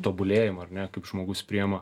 tobulėjimą ar ne kaip žmogus priema